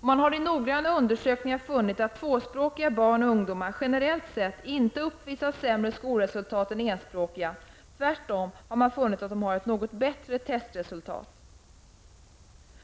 Man har i noggranna undersökningar funnit att tvåspråkiga barn och ungdomar generellt sett inte uppvisar sämre skolresultat än enspråkiga. Tvärtom har man funnit att de har ett något bättre resultat.